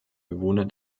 bewohner